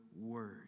word